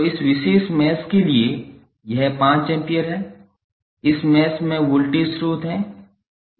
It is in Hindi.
तो इस विशेष मैश के लिए यह 5 एम्पीयर है इस मैश में वोल्टेज स्रोत है